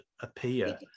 appear